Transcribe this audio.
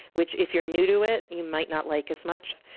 which if you're new to it, you might not like as much